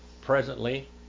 presently